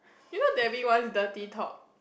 you know J_B one dirty talk